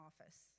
office